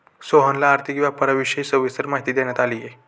सोहनला आर्थिक व्यापाराविषयी सविस्तर माहिती देण्यात आली